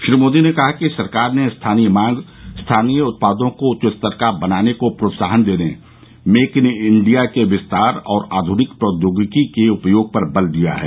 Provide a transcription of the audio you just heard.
श्री मोदी ने कहा कि सरकार ने स्थानीय मांग स्थानीय उत्पादों को उच्च स्तर का बनाने को प्रोत्साहन देने मेक इन इंडिया के विस्तार और आध्निक प्रौद्योगिकी के उपयोग पर बल दिया है